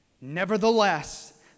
Nevertheless